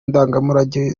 ndangamurage